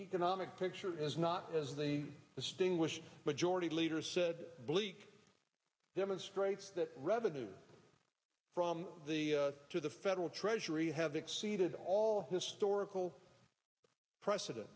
economic picture is not as the distinguished but jordie leader said bleak demonstrates that revenues from the to the federal treasury have exceeded all historical precedent